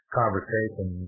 conversation